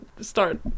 start